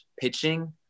pitching